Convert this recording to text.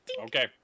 Okay